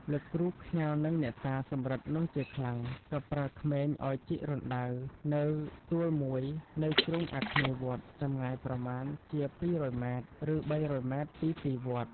លោកគ្រូខ្ញាល់នឹងអ្នកតាសំរឹទ្ធនោះជាខ្លាំង ក៏ប្រើក្មេងឲ្យជីករណ្ដៅនៅទួលមួយនៅជ្រុងអាគ្នេយ៍វត្ត ចម្ងាយប្រមាណជា ២០០ម. ឬ ៣០០ម. ពីទីវត្ត។